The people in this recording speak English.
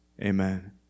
Amen